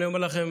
אני אומר לכם: